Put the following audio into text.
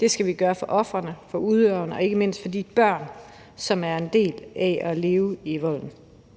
Det skal vi gøre for ofrene, for udøverne og ikke mindst for de børn, som er en del af det og lever i volden.